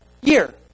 year